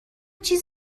چیز